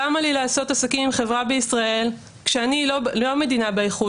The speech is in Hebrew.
למה לי לעשות עסקים עם חברה בישראל כשאני לא מדינה באיחוד?